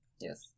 Yes